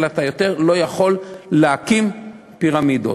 אלא אתה לא יכול להקים פירמידות.